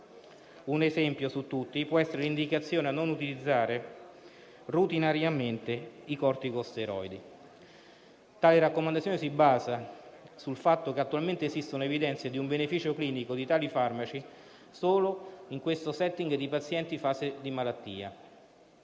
Un esempio su tutti può essere l'indicazione a non utilizzare routinariamente i corticosteroidi. Tale raccomandazione si basa sul fatto che attualmente esistono evidenze di un beneficio clinico di tali farmaci solo in questo *setting* di pazienti/fase di malattia.